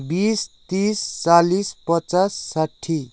बिस तिस चालिस पचास साठी